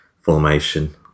formation